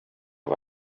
vad